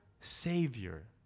Savior